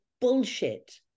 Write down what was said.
bullshit